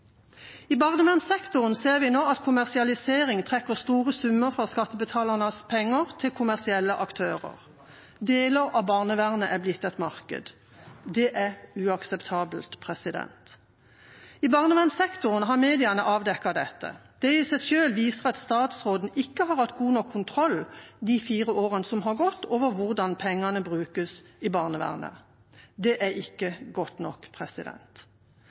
I barnevernssektoren ser vi nå at kommersialisering trekker store summer fra skattebetalernes penger til kommersielle aktører. Deler av barnevernet er blitt et marked. Det er uakseptabelt. I barnevernssektoren har mediene avdekket dette. Det i seg selv viser at statsråden i de fire årene som har gått, ikke har hatt god nok kontroll over hvordan pengene brukes i barnevernet. Det er ikke godt nok.